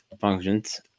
functions